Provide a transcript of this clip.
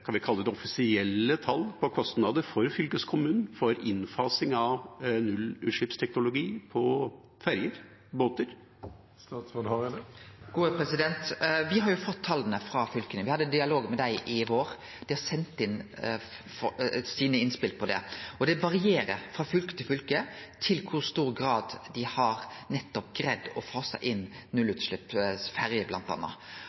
kan vi kalle det offisielle tall på kostnader for fylkeskommunen – for innfasing av nullutslippsteknologi på ferjer, båter? Vi har fått tala frå fylka. Vi hadde dialog med dei i vår, dei har sendt inn sine innspel på det. Og det varierer frå fylke til fylke når det gjeld i kor stor grad dei har greidd å fase inn